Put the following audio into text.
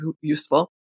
useful